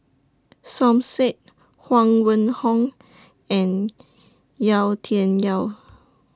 Som Said Huang Wenhong and Yau Tian Yau